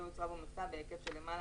לא יוצרה בו מכסה בהיקף של למעלה